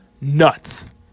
nuts